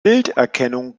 bilderkennung